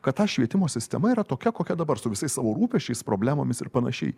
kad ta švietimo sistema yra tokia kokia dabar su visais savo rūpesčiais problemomis ir panašiai